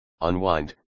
Unwind